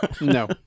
No